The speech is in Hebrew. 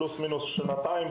פלוס מינוס שנתיים,